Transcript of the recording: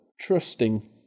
trusting